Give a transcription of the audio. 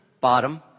bottom